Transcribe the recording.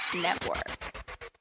Network